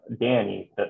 Danny